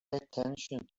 attention